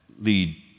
lead